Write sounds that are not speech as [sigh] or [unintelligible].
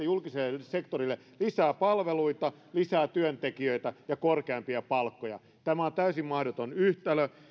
[unintelligible] julkiselle sektorille lisää palveluita lisää työntekijöitä ja korkeampia palkkoja tämä on täysin mahdoton yhtälö